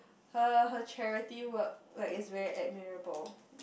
her her charity work like is very admirable